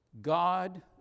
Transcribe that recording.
God